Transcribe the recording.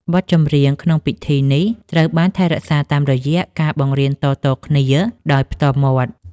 បទចម្រៀងក្នុងពិធីនេះ ត្រូវបានថែរក្សាតាមរយៈការបង្រៀនតៗគ្នាដោយផ្ទាល់មាត់។